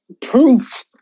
proof